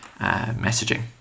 messaging